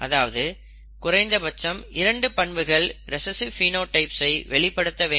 அதாவது குறைந்தபட்சம் இரண்டு பண்புகள் ரிசஸ்ஸிவ் பினோடைப்ஸ் ஐ வெளிப்படுத்த வேண்டும்